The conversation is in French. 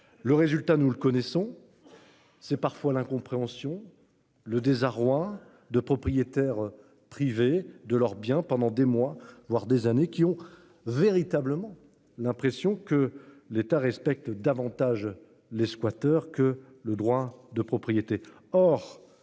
le résultat nous le connaissons. C'est parfois l'incompréhension, le désarroi de propriétaires. Privés de leurs biens pendant des mois voire des années, qui ont véritablement l'impression que l'État respecte davantage les squatteurs que le droit de propriété.